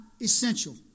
essential